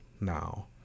now